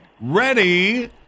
Ready